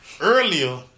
earlier